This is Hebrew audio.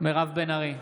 מירב בן ארי,